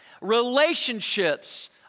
relationships